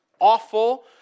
awful